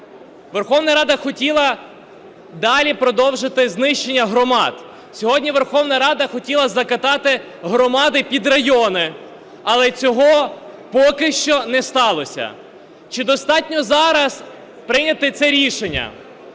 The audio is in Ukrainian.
Верховна Рада хотіла далі продовжити знищення громад, сьогодні Верховна Рада хотіла закатати громади під райони, але цього поки що не сталося. Чи достатньо зараз прийняти це рішення?